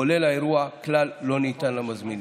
כולל האירוע, כלל לא ניתן למזמינים.